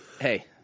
Hey